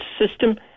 system